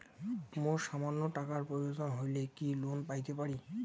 মোর সামান্য টাকার প্রয়োজন হইলে কি লোন পাইতে পারি?